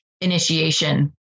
initiation